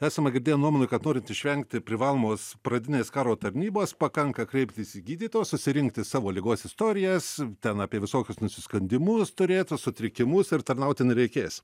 esame girdėję nuomonių kad norint išvengti privalomos pradinės karo tarnybos pakanka kreiptis į gydytojus susirinkti savo ligos istorijas ten apie visokius nusiskundimus turėtų sutrikimus ir tarnauti nereikės